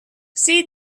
see